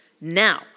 Now